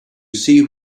see